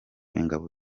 ingabo